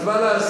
אז מה לעשות?